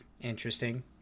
interesting